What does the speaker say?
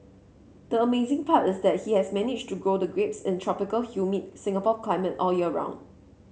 the amazing part is that he has managed to grow the grapes in tropical humid Singapore climate all year round